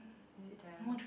is it Joanna